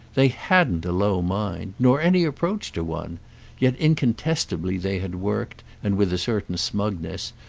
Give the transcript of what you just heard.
they hadn't a low mind nor any approach to one yet incontestably they had worked, and with a certain smugness,